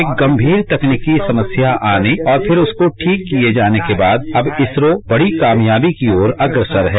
एक गंगीर तकनीकी समस्या आने और फिर उसको ठीक किए जानेके बाद अव इसरो बड़ी कामयाबी की ओर अग्रसर है